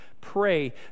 Pray